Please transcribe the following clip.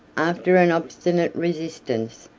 after an obstinate resistance,